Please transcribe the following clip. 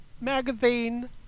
magazine